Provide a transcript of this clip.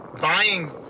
buying